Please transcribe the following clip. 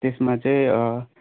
त्यसमा चाहिँ